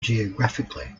geographically